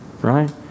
Right